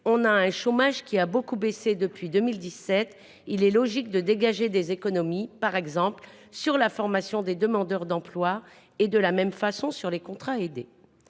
On a un chômage qui a beaucoup baissé depuis 2017. Il est logique de dégager des économies, par exemple sur la formation des demandeurs d’emploi, et de la même façon sur les contrats aidés.